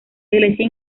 iglesia